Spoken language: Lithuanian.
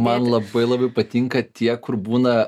man labai labai patinka tie kur būna